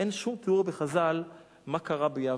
אין שום תיאור בחז"ל מה קרה ביבנה,